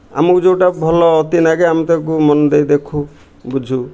ଆମକୁ ଯେଉଁଟା ଭଲ ଅତି ଲାଗେ ଆମେ ତାକୁ ମନ ଦେଇ ଦେଖୁ ବୁଝୁ